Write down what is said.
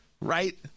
right